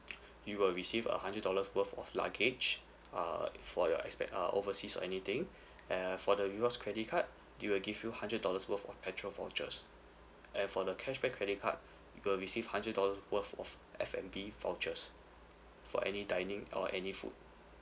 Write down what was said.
you will receive a hundred dollar worth of luggage uh for your expens~ uh overseas or anything and for the rewards credit card we will give you hundred dollars worth of petrol vouchers and for the cashback credit card you'll receive hundred dollar worth of F&B vouchers for any dining or any food